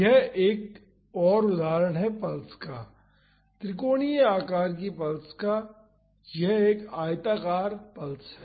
यह एक एक और उदाहरण है पल्स का त्रिकोणीय आकार की पल्स का यह एक आयताकार पल्स है